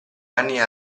anni